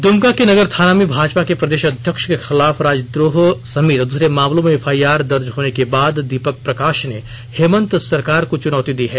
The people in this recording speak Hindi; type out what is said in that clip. दुमका के नगर थाना में भाजपा के प्रदेश अध्यक्ष के खिलाफ राजद्रोह समेत दूसरे मामलों में एफआईआर दर्ज होने के बाद दीपक प्रकाश ने हेमंत सरकार को चुनौती दी है